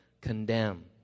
condemn